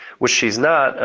which she is not,